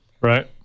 Right